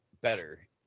better